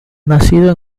nacido